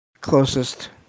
closest